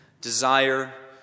desire